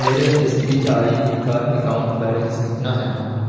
میرے S B I کا account balance کتنا ہے